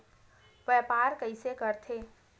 व्यापार कइसे करथे?